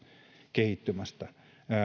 kehittymästä